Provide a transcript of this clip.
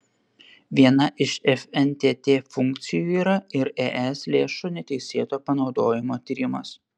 viena iš fntt funkcijų yra ir es lėšų neteisėto panaudojimo tyrimas